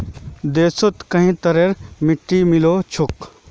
देशत कई तरहरेर मिट्टी मिल छेक